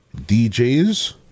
DJs